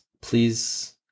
please